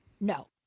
No